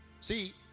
See